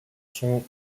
sont